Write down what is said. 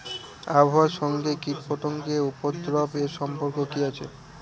আবহাওয়ার সঙ্গে কীটপতঙ্গের উপদ্রব এর সম্পর্ক কি আছে?